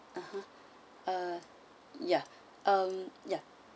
(uh huh) uh yeah um yeah